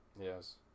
Yes